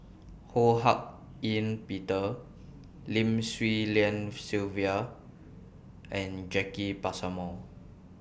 Ho Hak Ean Peter Lim Swee Lian Sylvia and Jacki Passmore